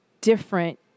different